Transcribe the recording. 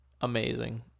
Amazing